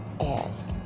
Ask